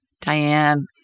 Diane